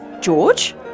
George